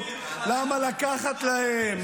למה לקחת להם?